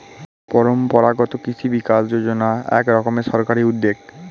পরম্পরাগত কৃষি বিকাশ যোজনা এক রকমের সরকারি উদ্যোগ